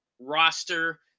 roster